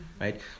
right